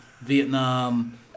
Vietnam